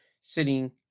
sitting